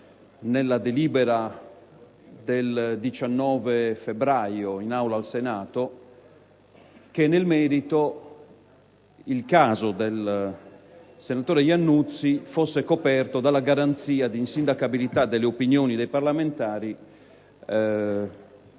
nella delibera del 19 febbraio in Aula - che nel merito il caso del senatore Iannuzzi fosse coperto dalla garanzia di insindacabilità delle opinioni dei parlamentari